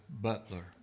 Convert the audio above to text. butler